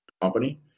company